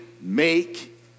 Make